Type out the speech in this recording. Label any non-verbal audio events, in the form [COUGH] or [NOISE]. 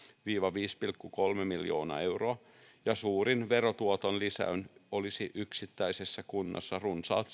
viiva viisi pilkku kolme miljoonaa euroa ja suurin verotuoton lisäys olisi yksittäisessä kunnassa runsaat [UNINTELLIGIBLE]